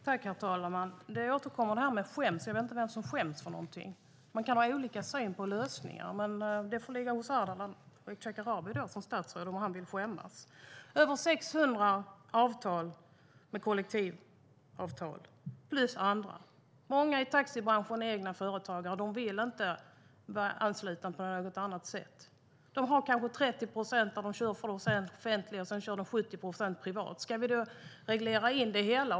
Herr talman! Jag återkommer till detta med att skämmas. Jag vet inte vem som skäms och för vad. Man kan ha olika syn på lösningar, men det är upp till Ardalan Shekarabi om han vill skämmas. Det finns över 600 avtal med kollektivavtal. Många i taxibranschen är egna företagare, och de vill inte vara anslutna på något annat sätt. De kan köra taxi 30 procent åt det offentliga och 70 procent åt det privata. Ska man då reglera det hela?